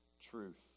truth